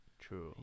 true